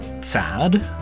sad